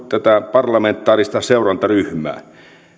parlamentaarista seurantaryhmää